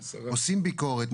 עושים ביקורת,